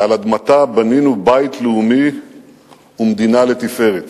ועל אדמתה בנינו בית לאומי ומדינה לתפארת.